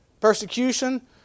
persecution